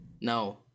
No